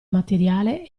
materiale